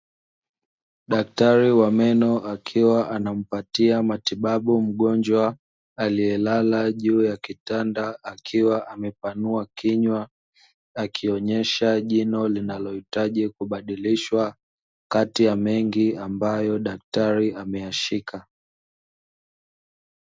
Daktari wa meno akiwa anampatia matibabu mgonjwa aliyelala juu ya kitanda akiwa amepanua kinywa akionyesha jino linalohitaji kubadilishwa, kati ya mengi ambayo daktari ameyashika.